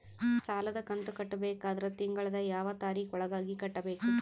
ಸಾಲದ ಕಂತು ಕಟ್ಟಬೇಕಾದರ ತಿಂಗಳದ ಯಾವ ತಾರೀಖ ಒಳಗಾಗಿ ಕಟ್ಟಬೇಕು?